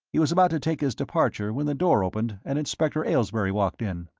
he was about to take his departure when the door opened and inspector aylesbury walked in.